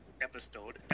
Episode